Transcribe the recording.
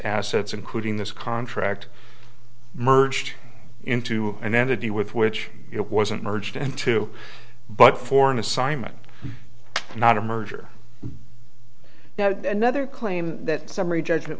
assets including this contract merged into an entity with which it wasn't merged into but for an assignment not a merger another claim that summary judgment